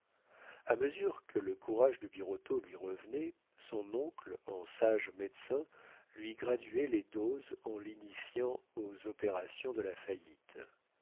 a mesure que le courage de birotteau lui revenait son oncle en sage médecin lui graduait les doses en l'initiant aux opérations de la faillite